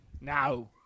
Now